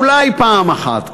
אולי פעם אחת,